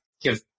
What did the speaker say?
give